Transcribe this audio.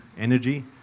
energy